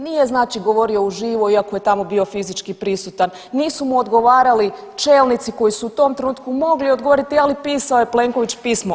Nije znači govorio u živo iako je tamo bio fizički prisutan, nisu mu odgovarali čelnici koji su u tom trenutku mogli odgovoriti, ali pisao je Plenković pismo.